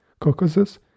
Caucasus